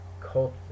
cult